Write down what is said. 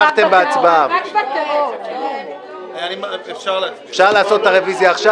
אכפת לכם לעשות אותה עכשיו?